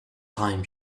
time